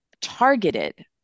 targeted